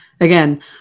Again